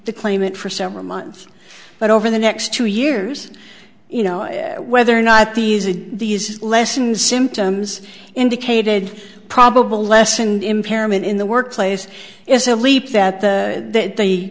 the claimant for several months but over the next two years you know whether or not these are the lessons symptoms indicated probable lessened impairment in the workplace is a leap that the